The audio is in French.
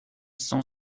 cent